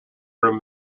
room